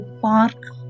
park